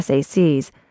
SACs